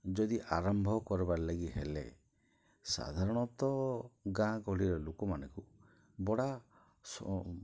ଯଦି ଆରମ୍ଭ କର୍ବାର୍ ଲାଗି ହେଲେ ସାଧାରଣତଃ ଗାଁ ଗହଳିର ଲୋକମାନ୍କୁ ବଡ଼ା